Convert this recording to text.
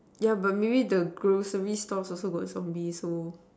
yeah but maybe the grocery stalls also got some bee so